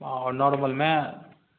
हँ नॉरमलमे